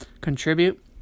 contribute